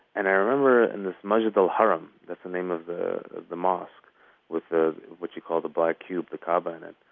and i remember in the masjid al-haram that's the name of the the mosque with what you call the black cube, the kaaba, in it.